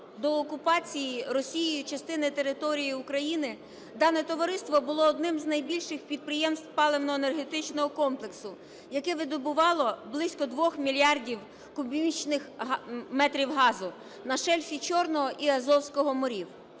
до окупації Росією частини території України дане товариство було одним з найбільших підприємств паливно-енергетичного комплексу, яке видобувало близько 2 мільярдів кубічних метрів газу на шельфі Чорного і Азовського морів.